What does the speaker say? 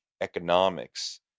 economics